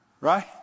Right